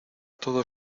todo